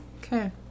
Okay